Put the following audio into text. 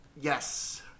Yes